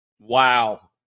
Wow